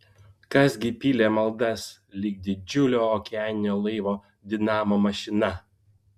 kas gi pylė maldas lyg didžiulio okeaninio laivo dinamo mašina